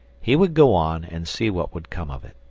he would go on, and see what would come of it.